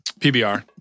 PBR